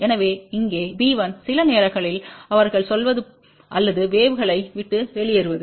எனவே இங்கே b1சில நேரங்களில் அவர்கள் சொல்வது அல்லது வேவ்களை விட்டு வெளியேறுவது